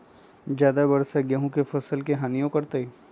ज्यादा वर्षा गेंहू के फसल के हानियों करतै?